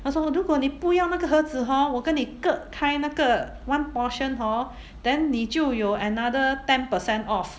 他说如果你不要那个盒子 hor 我跟你割开那个 one portion hor then 你就有 another ten percent off